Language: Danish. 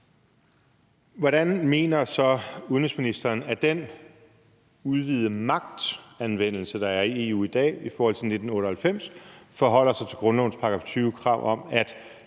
Hvordan mener så udenrigsministeren den udvidede magtanvendelse, der er i EU i dag i forhold til 1998, forholder sig til grundlovens § 20-krav om, at